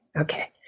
okay